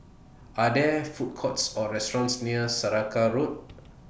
Are There Food Courts Or restaurants near Saraca Road